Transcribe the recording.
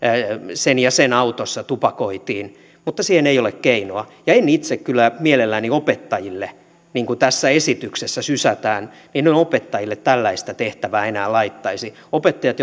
sen ja sen autossa tupakoitiin mutta ei ole muuta keinoa en itse kyllä mielelläni opettajille niin kuin tässä esityksessä sysätään tällaista tehtävää enää laittaisi opettajat